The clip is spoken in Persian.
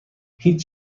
هیچ